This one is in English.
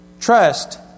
trust